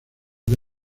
que